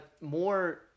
more